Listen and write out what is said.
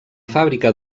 fàbrica